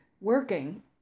working